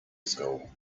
school